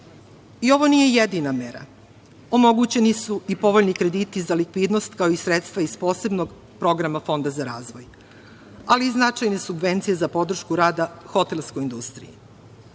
I ovo nije jedina mera. Omogućeni su i povoljni krediti za likvidnost, kao i sredstva iz posebnog programa Fonda za razvoj, ali i značajne subvencije za podršku rada hotelskoj industriji. Ovako